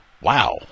wow